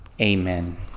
Amen